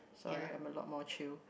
sorry I'm a lot more chill